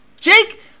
Jake